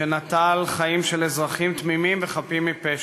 שנטל חיים של אזרחים תמימים וחפים מפשע.